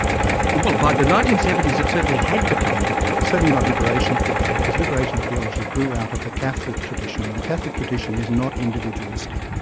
no. well by the nineteen seventy s it certainly had become that. well certainly not liberation theology, because liberation theology grew out of the catholic tradition. and the catholic tradition is not individualistic.